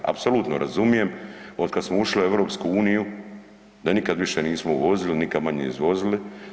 Apsolutno razumijem, otkad smo ušli u EU da nikad nismo više uvozili, nikad manje izvozili.